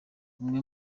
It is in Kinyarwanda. amwe